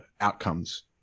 outcomes